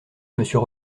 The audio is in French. monsieur